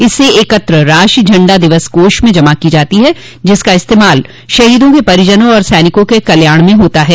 इससे एकत्र राशि झंडा दिवस कोष में जमा कर दी जाती है जिसका इस्तेमाल शहीदों के परिजनों और सैनिकों के कल्याण में होता है